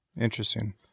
Interesting